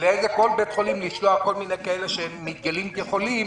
לאיזה בית חולים לשלוח כל מיני אנשים שמתגלים כחולים,